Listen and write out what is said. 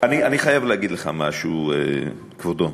אני חייב להגיד לך משהו, כבודו: